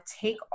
take